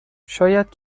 شاید